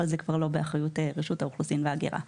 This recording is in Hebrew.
אבל זה כבר לא באחריות רשות האוכלוסין וההגירה.